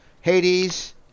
Hades